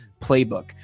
Playbook